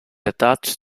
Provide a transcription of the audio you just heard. attached